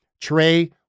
Trey